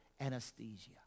anesthesia